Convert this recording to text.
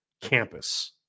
campus